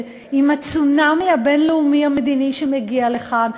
עם הצונאמי הבין-לאומי המדיני שמגיע לכאן?